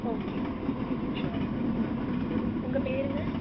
ஓகேங்க ஓகேங்க ஷோர் ஆ உங்கள் பேருங்க